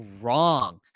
wrong